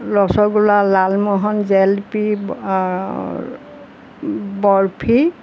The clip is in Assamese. ৰসগোল্লা লালমোহন জেলেপি বৰ্ফি